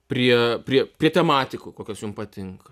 prie prie prie tematikų kokios jum patinka